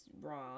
wrong